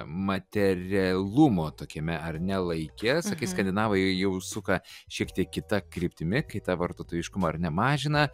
materialumo tokiame ar ne laike sakai skandinavai jau suka šiek tiek kita kryptimi kai tą vartotojiškumą ar ne mažina